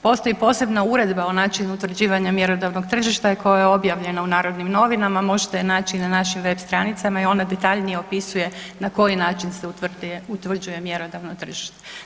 Postoji posebna uredba o načinu utvrđivanja mjerodavnog tržišta koja je objavljena u Narodnim novinama, možete naći i na našim web stranicama i ona detaljnije opisuje na koji način se utvrđuje mjerodavno tržište.